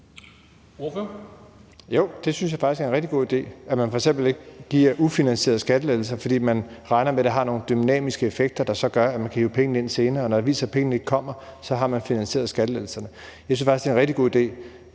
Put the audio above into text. det synes jeg faktisk er en rigtig god idé, f.eks. at man ikke giver ufinansierede skattelettelser, fordi man regner med, at det har nogle dynamiske effekter, der så gør, at man kan hive pengene hjem senere. Og når det viser sig, at pengene ikke kommer, så har man finansieret skattelettelserne. Så jeg synes faktisk, det er en rigtig god idé,